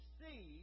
see